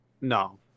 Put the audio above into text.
No